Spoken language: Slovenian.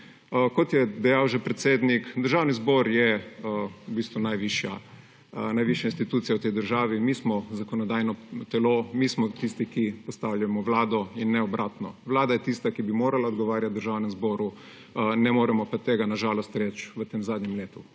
Kot je dejal že predsednik, Državni zbor je v bistvu najvišja institucija v tej državi. Mi smo zakonodajno telo, mi smo tisti, ki postavljamo vlado, in ne obratno. Vlada je tista, ki bi morala odgovarjati Državnemu zboru. Ne moremo pa tega na žalost reči v tem zadnjem letu.